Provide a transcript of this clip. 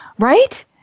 Right